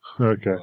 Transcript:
Okay